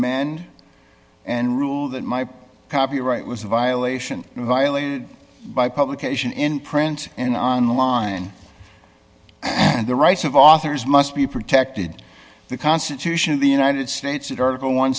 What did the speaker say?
man and rule that my copyright was a violation violated by publication in print and online and the rights of authors must be protected the constitution of the united states that article one